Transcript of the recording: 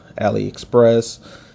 AliExpress